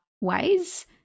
ways